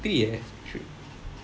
three eh